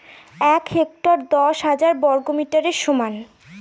এক হেক্টর দশ হাজার বর্গমিটারের সমান